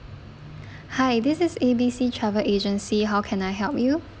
hi this is A_B_C travel agency how can I help you